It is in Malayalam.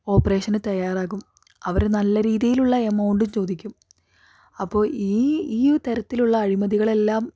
ഓപ്പറേഷന് തയ്യാറാകും അവര് നല്ല രീതിലുള്ള എമൗണ്ടും ചോദിക്കും അപ്പോൾ ഈ ഈ തരത്തിലുള്ള അഴിമതികളെല്ലാം